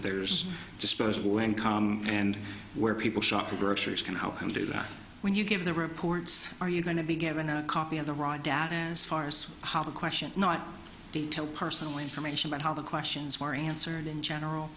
there's disposable income and where people shop for groceries can help him do that when you give the reports are you going to be given a copy of the raw data as far as how to question not to tell personal information but how the questions were answered in general